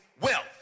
wealth